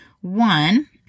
One